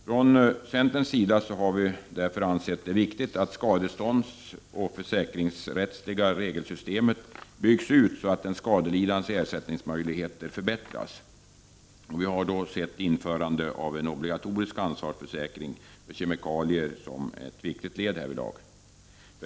Från centerns sida har vi därför ansett det vara viktigt att det skadeståndsoch försäkringsrättsliga regelsystemet byggs ut, så att den skadelidandes ersättningsmöjligheter förbättras. Vi har sett införande av en obligatorisk ansvarsförsäkring för kemikalier som ett viktigt led härvidlag.